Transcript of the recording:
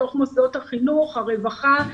בתוך מוסדות החינוך והרווחה.